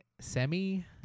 Semi